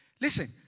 Listen